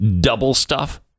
double-stuff